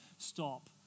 Stop